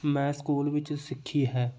ਮੈਂ ਸਕੂਲ ਵਿੱਚ ਸਿੱਖੀ ਹੈ